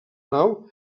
nau